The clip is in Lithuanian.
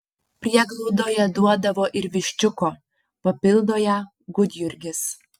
prieglaudoje duodavo ir viščiuko papildo ją gudjurgis